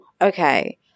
okay